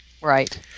Right